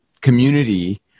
community